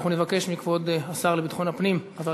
אנחנו נבקש מכבוד השר לביטחון פנים חבר